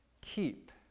Keep